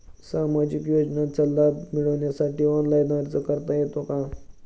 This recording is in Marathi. सामाजिक योजनांचा लाभ मिळवण्यासाठी ऑनलाइन अर्ज करता येतो का?